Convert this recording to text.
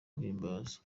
kuyihimbaza